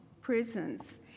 prisons